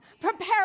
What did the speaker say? prepare